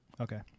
Okay